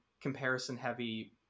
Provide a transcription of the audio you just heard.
comparison-heavy